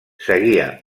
seguia